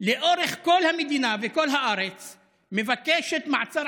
לאורך כל המדינה וכל הארץ מבקשת מעצר